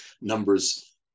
numbers